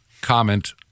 comment